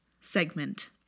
segment